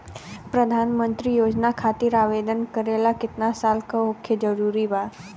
प्रधानमंत्री योजना खातिर आवेदन करे ला केतना साल क होखल जरूरी बा?